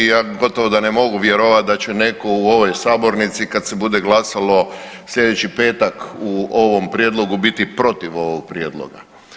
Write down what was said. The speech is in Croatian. Ja gotovo ne mogu vjerovati da će netko u ovoj sabornici kad se bude glasalo sljedeći petak u ovom prijedlogu biti protiv ovog prijedloga.